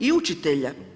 I učitelja.